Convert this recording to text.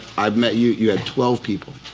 i've met you, you had twelve people.